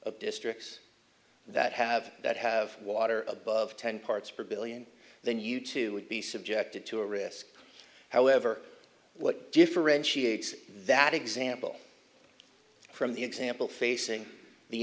of districts that have that have water above ten parts per billion then you too would be subjected to a risk however what differentiates that example from the example facing the